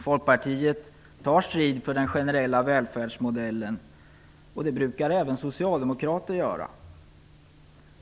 Folkpartiet tar strid för den generella välfärdsmodellen, och det brukar även socialdemokrater göra.